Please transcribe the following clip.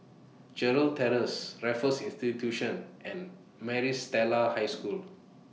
Gerald Terrace Raffles Institution and Maris Stella High School